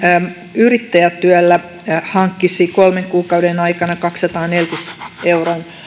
yrittäjätyöllä hankkisi kolmen kuukauden aikana kaksisataaneljäkymmentä euroa